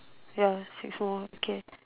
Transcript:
ya six more okay